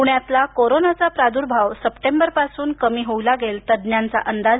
पुण्यातला कोरोनाचा प्रादुर्भाव सप्टेबर पासून कमी होऊ लागेल तज्ज्ञांचा अंदाज